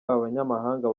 abanyamahanga